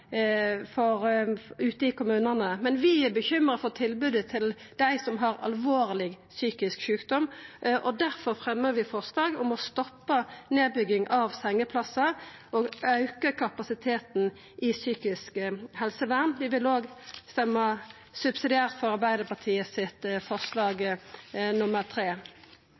ute i kommunane, men vi er bekymra for tilbodet til dei som har alvorleg psykisk sjukdom, og difor fremjar vi forslag om å stoppa nedbygging av sengeplassar og auka kapasiteten i psykisk helsevern. Vi vil òg stemma subsidiært for Arbeidarpartiet sitt forslag,